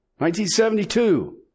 1972